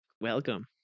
welcome